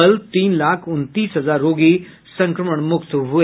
कल तीन लाख उनतीस हजार रोगी संक्रमण मुक्त हुए